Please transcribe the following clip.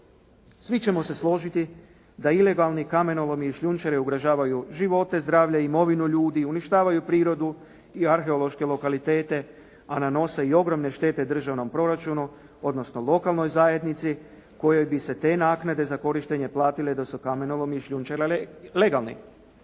Svi ćemo se složiti da ilegalni kamenolomi i šljunčare ugrožavaju živote, zdravlje i imovinu ljudi, uništavaju prirodu i arheološke lokalitete a nanose i ogromne štete državnom proračunu odnosno lokalnoj zajednici kojoj bi se te naknade za korištenje platile da su kamenolomi i šljunčare legalni.